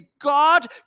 God